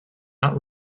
not